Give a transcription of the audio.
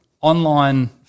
online